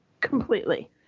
completely